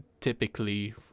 typically